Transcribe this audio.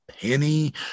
penny